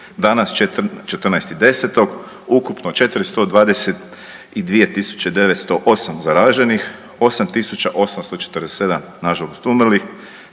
Danas 14.10. ukupno 422 tisuće 908 zaraženih, 8847 na žalost umrlih